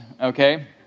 okay